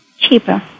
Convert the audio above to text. cheaper